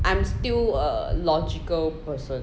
I'm still a logical person